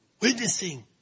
witnessing